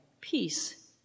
peace